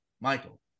Michael